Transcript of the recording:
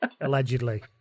allegedly